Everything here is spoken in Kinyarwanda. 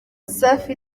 safi